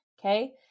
okay